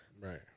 Right